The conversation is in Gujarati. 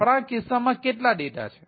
આપણા કિસ્સાઓમાં કેટલા ડેટા છે